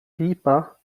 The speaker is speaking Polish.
filipa